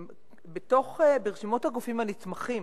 ברשימות הגופים הנתמכים,